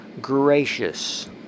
gracious